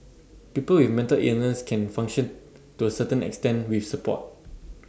people with mental illness can function to A certain extent with support